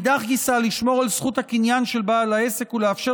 מאידך גיסא לשמור על זכות הקניין של בעל העסק ולאפשר